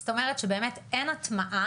זאת אומרת שבאמת אין הטמעה